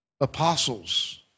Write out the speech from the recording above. apostles